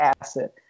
acid